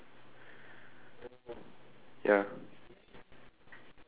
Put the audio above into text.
my science fair is just entirely blue and it's pointing to the right